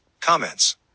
comments